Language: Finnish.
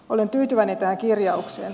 olen tyytyväinen tähän kirjaukseen